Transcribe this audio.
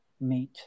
meet